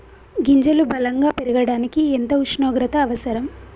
గింజలు బలం గా పెరగడానికి ఎంత ఉష్ణోగ్రత అవసరం?